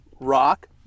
Rock